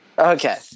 Okay